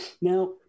now